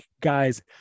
guys